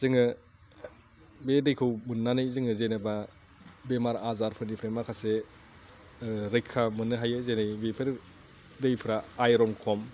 जोङो बे दैखौ मोननानै जोङो जेनेबा बेमार आजार फोरनिफ्राय माखासे रैखा मोननो हायो जेरै बेफोर दैफ्रा आइरन खम